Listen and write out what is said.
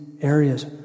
areas